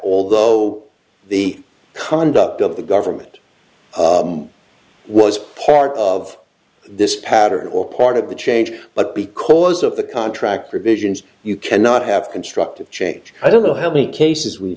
although the conduct of the government was part of this pattern or part of the change but because of the contract provisions you cannot have constructive change i don't know how many cases we've